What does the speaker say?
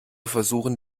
versuchen